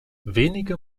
wenige